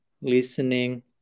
listening